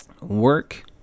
work